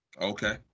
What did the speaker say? Okay